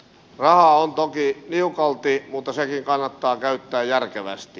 rahaa on toki niukalti mutta sekin kannattaa käyttää järkevästi